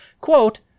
quote